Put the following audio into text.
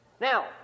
Now